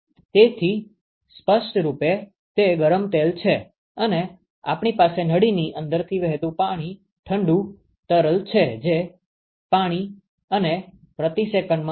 તેથી સ્પષ્ટરૂપે તે ગરમ તરલ છે અને આપણી પાસે નળીની અંદરથી વહેતુ ઠંડુ તરલ છે જે પાણી છે અને પ્રતિ સેકન્ડમાં 0